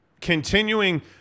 Continuing